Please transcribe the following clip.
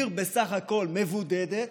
בסך הכול עיר מבודדת,